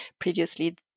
previously